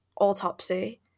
autopsy